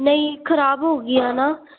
ਨਹੀਂ ਖ਼ਰਾਬ ਹੋ ਗਈਆਂ ਨਾ